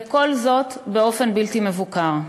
וכל זאת באופן בלתי מבוקר.